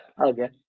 okay